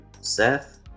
Seth